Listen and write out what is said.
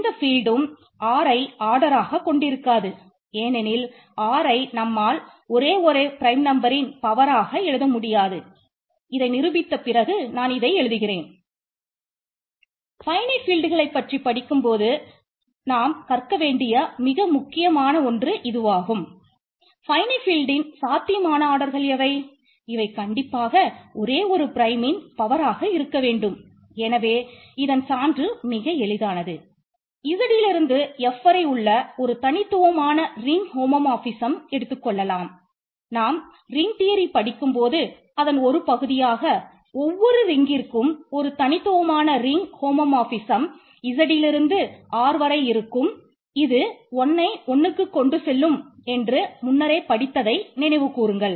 எடுத்துக்காட்டாக எந்த ஃபீல்ட்டும் Z லிருந்து R வரை இருக்கும் இது 1 யை 1க்கு கொண்டுசெல்லும் என்று முன்னரே படித்ததை நினைவு கூறுங்கள்